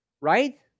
Right